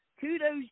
kudos